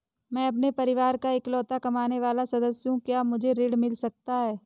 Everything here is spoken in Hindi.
मैं अपने परिवार का इकलौता कमाने वाला सदस्य हूँ क्या मुझे ऋण मिल सकता है?